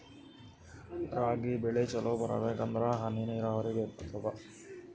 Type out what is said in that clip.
ರಾಗಿ ಬೆಳಿ ಚಲೋ ಬರಬೇಕಂದರ ಹನಿ ನೀರಾವರಿ ಬೇಕಾಗತದ?